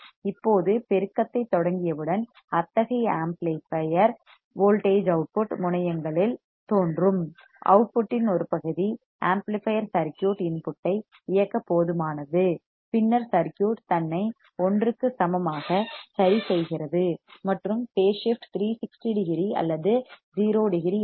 இப்போது பெருக்கத்தைத் தொடங்கியவுடன் அத்தகைய ஆம்ப்ளிபையர் வோல்டேஜ் அவுட்புட் முனையங்களில் டெர்மினல் களில் தோன்றும் அவுட்புட்டின் ஒரு பகுதி ஆம்ப்ளிபையர் சர்க்யூட் இன்புட்டை இயக்க போதுமானது பின்னர் சர்க்யூட் தன்னை 1 க்கு சமமாக சரிசெய்கிறது மற்றும் பேஸ் ஸிப்ட் 360 டிகிரி அல்லது 0 டிகிரி ஆகும்